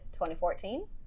2014